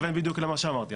אתה מכוון בדיוק למה שאמרתי.